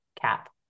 cap